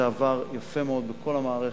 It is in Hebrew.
זה עבר יפה מאוד בכל המערכת.